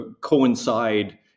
coincide